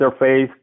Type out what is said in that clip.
interface